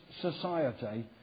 society